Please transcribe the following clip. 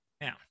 now